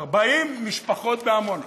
40 משפחות בעמונה.